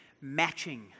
matching